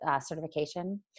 certification